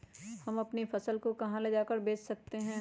हम अपनी फसल को कहां ले जाकर बेच सकते हैं?